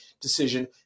decision